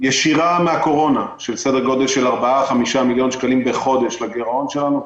ישירה מהקורונה של 4,5 מיליון שקלים בחודש לגירעון שלנו.